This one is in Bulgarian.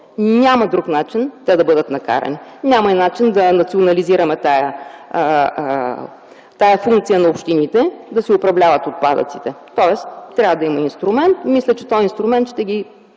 Няма друг начин те да бъдат накарани. Няма и начин да национализираме функцията на общините да си управляват отпадъците. Тоест трябва да има инструмент. Мисля, че той ще ги